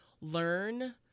learn